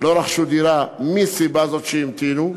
לא רכשו דירה מסיבה זו, שהמתינו,